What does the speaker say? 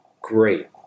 great